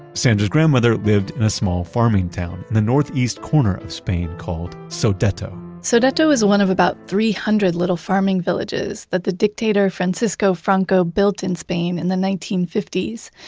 sandra's grandmother lived in a small farming town in the northeast corner of spain called sodeto. sodeto is one of about three hundred little farming villages that the dictator francisco franco built in spain in the nineteen fifty s.